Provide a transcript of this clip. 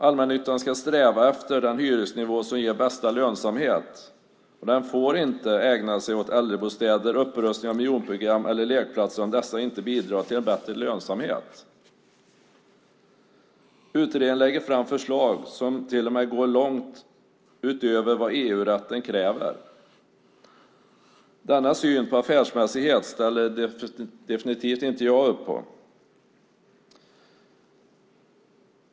Allmännyttan ska sträva efter den hyresnivå som ger bästa lönsamhet, och den får inte ägna sig åt äldrebostäder, upprustning av miljonprogram eller lekplatser om dessa inte bidrar till en bättre lönsamhet. Utredningen lägger fram förslag som till och med går långt utöver vad EU-rätten kräver. Denna syn på affärsmässighet ställer definitivt inte jag upp på.